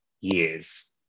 years